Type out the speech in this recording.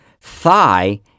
thigh